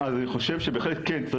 אז אני חושבת שבחלק כן,